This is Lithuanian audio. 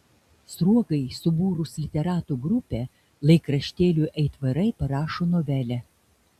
sruogai subūrus literatų grupę laikraštėliui aitvarai parašo novelę